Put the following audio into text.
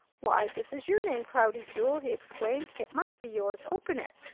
why, this is your name, cloudy jewel! he exclaimed. it must be yours. open it!